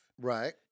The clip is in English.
Right